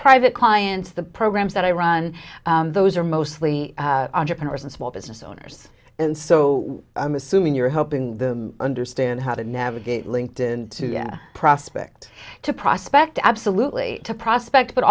private clients the programs that i run those are mostly entrepreneurs and small business owners and so i'm assuming you're hoping them understand how to navigate linked in to prospect to prospect absolutely to prospect but